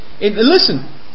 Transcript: Listen